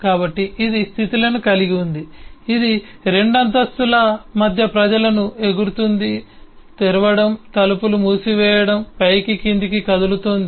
కాబట్టి ఇది స్థితిలను కలిగి ఉంది ఇది 2 అంతస్తుల మధ్య ప్రజలను ఎగురుతుంది తెరవడం తలుపులు మూసివేయడం పైకి క్రిందికి కదులుతోంది